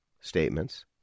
statements